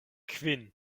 kvin